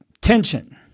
tension